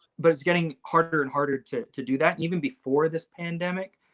but it's getting harder and harder to to do that. even before this pandemic,